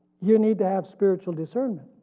you need to have spiritual discernment.